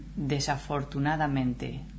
Desafortunadamente